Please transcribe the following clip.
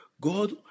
god